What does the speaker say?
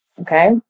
Okay